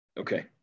Okay